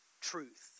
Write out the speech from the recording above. truth